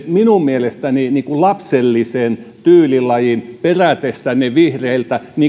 minun mielestäni nyt lapsellinen perätessänne vihreiltä